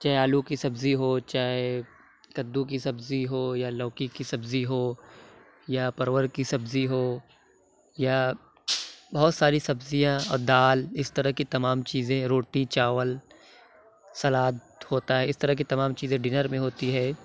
چاہے آلو کی سبزی ہو چاہے کدو کی سبزی ہو یا لوکی کی سبزی ہو یا پرور کی سبزی ہو یا بہت ساری سبزیاں اور دال اِس طرح کی تمام چیزیں روٹی چاول سلاد ہوتا ہے اِس طرح کی تمام چیزیں ڈنر میں ہوتی ہے